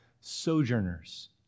sojourners